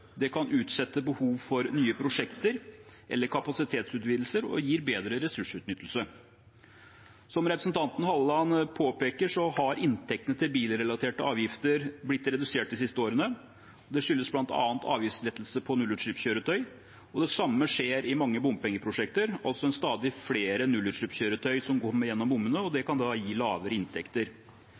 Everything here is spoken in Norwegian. utsette behov for nye prosjekter eller kapasitetsutvidelser, og det gir bedre ressursutnyttelse. Som representanten Halleland påpeker, har inntektene fra bilrelaterte avgifter blitt redusert de siste årene. Det skyldes bl.a. avgiftslettelse på nullutslippskjøretøy. Det samme skjer i mange bompengeprosjekter – det er altså stadig flere nullutslippskjøretøy som kjører gjennom bommene, og det kan da gi lavere inntekter.